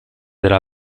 della